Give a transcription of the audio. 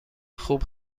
خوب